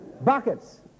Buckets